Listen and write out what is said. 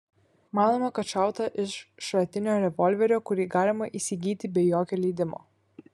manoma kad šauta iš šratinio revolverio kurį galima įsigyti be jokio leidimo